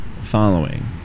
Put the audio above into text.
following